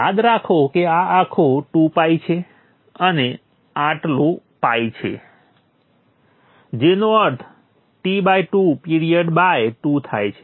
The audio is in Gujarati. યાદ રાખો કે આ આખું 2ᴨ છે અને આટલું ᴨ છે જેનો અર્થ T2 પિરીઅડ બાય 2 થાય છે